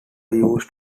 used